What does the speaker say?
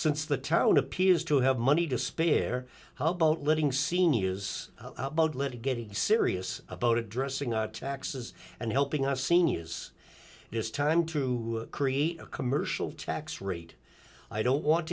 since the town appears to have money to spare how about letting senior is getting serious about addressing our taxes and helping our seniors it's time to create a commercial tax rate i don't want